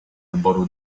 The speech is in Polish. wyboru